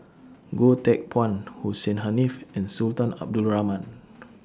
Goh Teck Phuan Hussein Haniff and Sultan Abdul Rahman